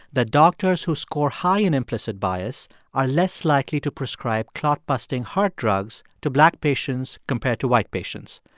that doctors who score high in implicit bias are less likely to prescribe clot-busting heart drugs to black patients compared to white patients.